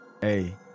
Hey